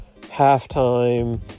halftime